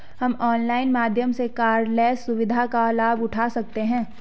हम ऑनलाइन माध्यम से कॉर्डलेस सुविधा का लाभ उठा सकते हैं